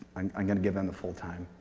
um i'm going to give them the full time.